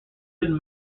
been